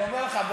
אני אומר לך.